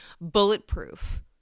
Bulletproof